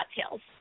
cocktails